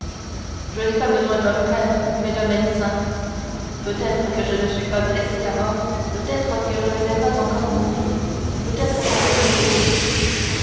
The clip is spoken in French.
je n'ai pas besoin d'un prêtre mais d'un médecin peut-être que je ne suis pas blessé à mort peut-être que je ne vais pas encore mourir peut-être qu'on peut me sauver